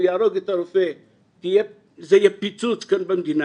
יהרוג את הרופא זה יהיה פיצוץ כאן במדינה,